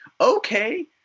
Okay